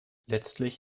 letztlich